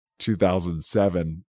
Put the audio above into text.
2007